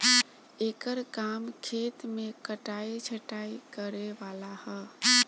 एकर काम खेत मे कटाइ छटाइ करे वाला ह